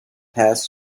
pass